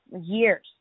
years